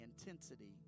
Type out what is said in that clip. intensity